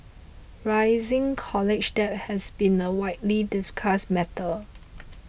rising college debt has been a widely discussed matter